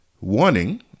warning